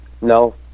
No